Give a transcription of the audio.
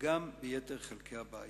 וגם יתר חלקי הבית.